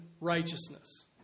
righteousness